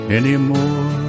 anymore